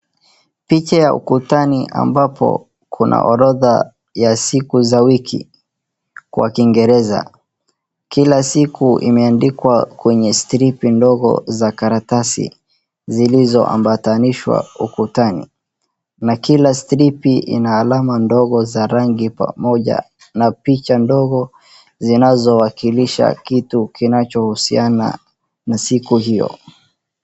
Picha ya ukutani ambapo kuna orodha ya siku za wiki kwa kiingereza. Kila siku imeandikwa kwenye stripi ndogo za karatasi zilizoambatanishwa ukutani na kila stripi ina alama ndogo za rangi pamoja na picha ndogo zinazowakilisha kitu kinachohusiana na siku hiyo.